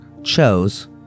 chose